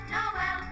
Noel